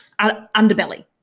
Underbelly